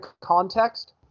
context